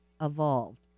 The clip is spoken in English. evolved